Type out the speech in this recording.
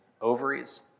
ovaries